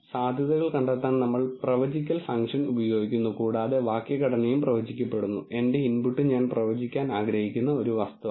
സാധ്യതകൾ കണ്ടെത്താൻ നമ്മൾ പ്രവചിക്കൽ ഫംഗ്ഷൻ ഉപയോഗിക്കുന്നു കൂടാതെ വാക്യഘടനയും പ്രവചിക്കപ്പെടുന്നു എന്റെ ഇൻപുട്ട് ഞാൻ പ്രവചിക്കാൻ ആഗ്രഹിക്കുന്ന ഒരു വസ്തുവാണ്